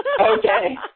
Okay